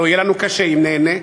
הרי יהיה לנו קשה אם ניהנה.